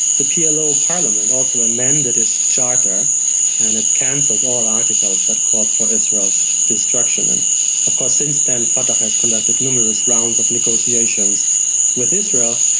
the plo parliament also amended its charter and it cancelled all articles that called for israel's destruction. and of course since then, fatah has conducted numerous rounds of negotiations with israel,